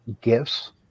gifts